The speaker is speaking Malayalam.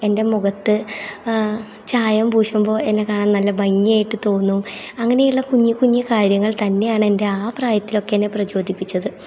എൻ്റെ മുഖത്ത് ചായം പൂശുമ്പോൾ എന്നെ കാണാൻ നല്ല ഭംഗിയായിട്ട് തോന്നും അങ്ങനെയുള്ള കുഞ്ഞി കുഞ്ഞി കാര്യങ്ങൾ തന്നെയാണ് എൻ്റെ ആ പ്രായത്തിലൊക്കെ എന്നെ പ്രചോദിപ്പിച്ചത്